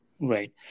Right